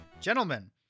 gentlemen